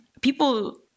people